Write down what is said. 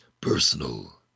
personal